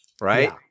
right